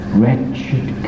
wretched